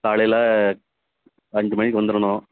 காலையில் அஞ்சு மணிக்கு வந்துடணும்